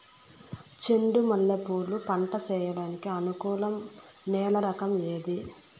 చెండు మల్లె పూలు పంట సేయడానికి అనుకూలం నేల రకం ఏది